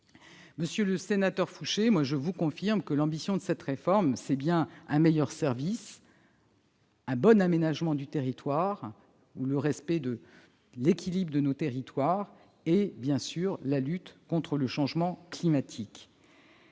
Monsieur le sénateur Fouché, je vous confirme que l'ambition de cette réforme, c'est bien un meilleur service, un bon aménagement du territoire ou le respect de l'équilibre de nos territoires et, bien sûr, la lutte contre le changement climatique.